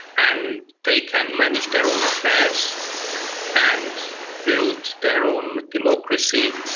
and they can manage their own affairs and build their own democracy.